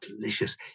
delicious